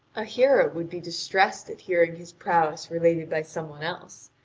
a hero would be distressed at hearing his prowess related by some one else.